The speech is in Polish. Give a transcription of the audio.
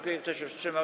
Kto się wstrzymał?